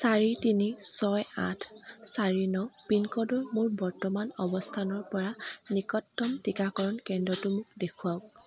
চাৰি তিনি ছয় আঠ চাৰি ন পিনক'ডৰ মোৰ বৰ্তমান অৱস্থানৰ পৰা নিকটতম টীকাকৰণ কেন্দ্ৰটো মোক দেখুৱাওক